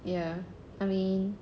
ya I mean